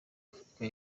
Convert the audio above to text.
afrika